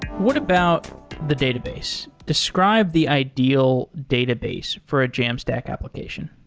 what about the database? describe the ideal database for a jamstack application.